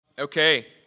Okay